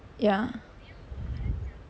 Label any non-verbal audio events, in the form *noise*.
ya *breath*